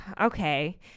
okay